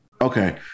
Okay